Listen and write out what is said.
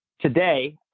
Today